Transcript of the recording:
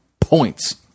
points